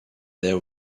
there